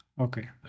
okay